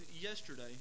yesterday